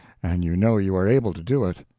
and you know you are able to do it.